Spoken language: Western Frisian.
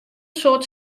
soad